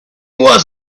was